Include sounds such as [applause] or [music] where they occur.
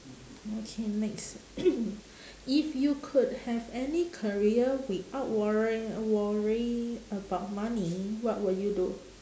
okay next [noise] if you could have any career without worrying worry about money what would you do